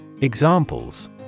Examples